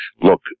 Look